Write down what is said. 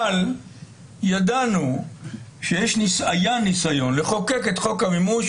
אבל ידענו שהיה ניסיון לחוקק את חוק המימוש,